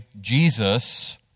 Jesus